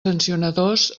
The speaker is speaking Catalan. sancionadors